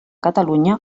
catalunya